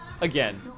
again